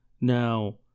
now